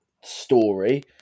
story